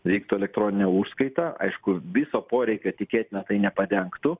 veiktų elektroninė užskaita aišku viso poreikio tikėtina tai nepadengtų